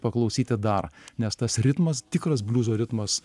paklausyti dar nes tas ritmas tikras bliuzo ritmas